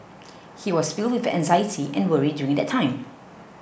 he was filled with anxiety and worry during that time